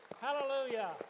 Hallelujah